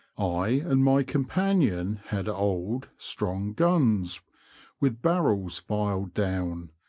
i and my companion had old, strong guns with barrels filed down,